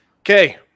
Okay